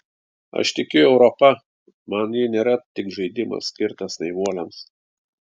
aš tikiu europa man ji nėra tik žaidimas skirtas naivuoliams